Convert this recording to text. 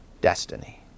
destiny